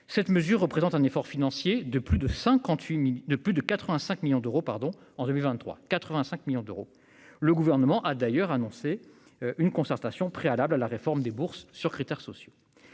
cette mesure représente un effort financier de plus de 85 millions d'euros en 2023. Le Gouvernement a en outre annoncé le lancement d'une grande concertation préalable à une réforme des bourses sur critères sociaux.